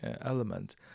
element